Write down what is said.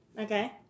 Okay